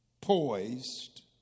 poised